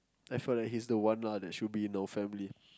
I felt like he's the one lah that should be in our family